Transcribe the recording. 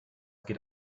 geht